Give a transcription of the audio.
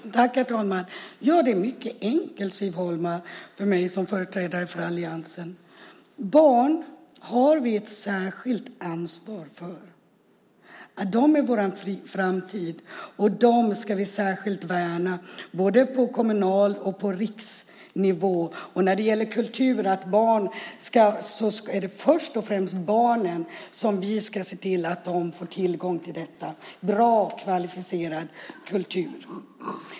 Herr talman! Ja, det är mycket enkelt för mig som företrädare för alliansen att förklara det. Barn har vi ett särskilt ansvar för. Barnen är vår framtid. Dem ska vi särskilt värna både på kommunal nivå och på riksnivå. När det gäller kulturen ska vi se till att först och främst barnen får tillgång till en bra och kvalificerad kultur.